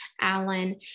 Alan